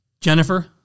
Jennifer